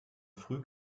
früh